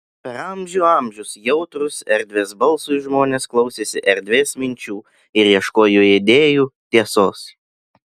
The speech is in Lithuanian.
per amžių amžius jautrūs erdvės balsui žmonės klausėsi erdvės minčių ir ieškojo idėjų tiesos